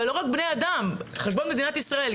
אבל לא רק בני אדם, על חשבון מדינת ישראל.